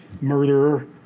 murderer